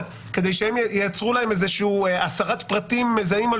כדי שהם ייצרו להם איזושהי הסרת פרטים מזהים על